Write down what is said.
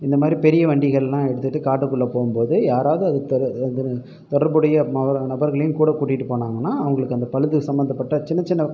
இந்தமாதிரி பெரிய வண்டிகள்லாம் எடுத்துட்டு காட்டுக்குள்ளே போகும்போது யாராவது அதுக்கு தொடர்புடைய நபர்களையும் கூட கூட்டிகிட்டு போனாங்கன்னால் அவங்களுக்கு அந்த பழுது சம்மந்தப்பட்ட சின்ன சின்ன